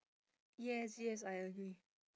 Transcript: yes yes I agree